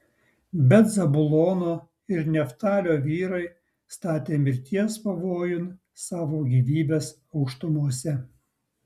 bet zabulono ir neftalio vyrai statė mirties pavojun savo gyvybes aukštumose